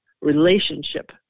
relationship